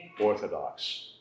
orthodox